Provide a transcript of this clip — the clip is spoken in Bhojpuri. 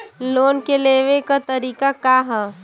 लोन के लेवे क तरीका का ह?